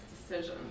decision